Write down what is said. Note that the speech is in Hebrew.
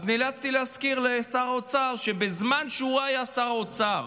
אז נאלצתי להזכיר לשר האוצר שבזמן שהוא היה שר האוצר,